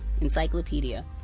encyclopedia